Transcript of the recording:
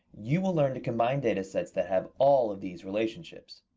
you will learn to combine data sets that have all of these relationships.